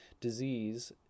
disease